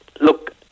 look